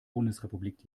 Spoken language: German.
bundesrepublik